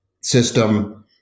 system